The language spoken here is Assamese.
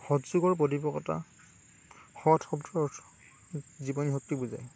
সৎযোগৰ পদৱকতা সৎ শব্দথ জীৱনী শক্তি বুজায়